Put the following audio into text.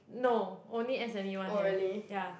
no only s_m_u one have yeah